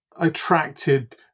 attracted